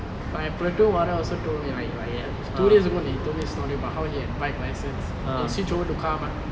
my platoon warrant also told me right like two days ago he told me story about how he had bike license he switch over to car mah